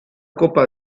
copa